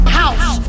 house